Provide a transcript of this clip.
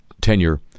tenure